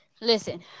listen